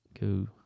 Go